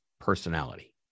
personality